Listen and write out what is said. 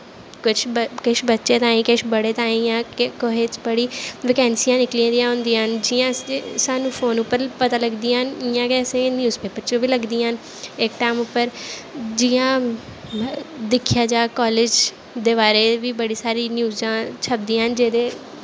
किश किश बच्चें ताहीं किश बड़े ताहीं ऐ ते कुसै च बड़ी वैकेंसियां निकली दियां होंदियां न जि'यां सानूं फोन पर पता लगदियां न इ'यां गै असें गी न्यूज़ पेपर च बी लगदियां न इक टैम उप्पर जि'यां दिक्खेआ जा कॉलेज दे बारे बी बड़ी सारी न्यूज़ां छपदियां न जेह्दे